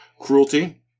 Cruelty